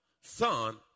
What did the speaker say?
Son